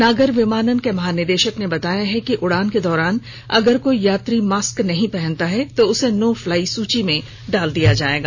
नागर विमानन के महानिदेशक ने बताया कि उड़ान के दौरान अगर कोई यात्री मॉस्क नहीं पहनता है तो उसे नो फ्लाई सूची में डाल दिया जायेगा